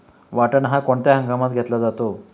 वाटाणा हा कोणत्या हंगामात घेतला जातो?